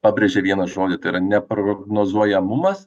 pabrėžė vieną žodį tai yra neprognozuojamumas